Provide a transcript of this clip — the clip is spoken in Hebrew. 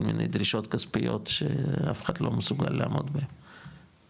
מיני דרישות כספיות שאף אחד לא מסוגל לעמוד בהם